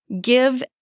give